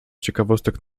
ciekawostek